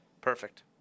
Perfect